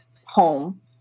home